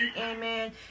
amen